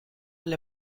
alle